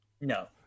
No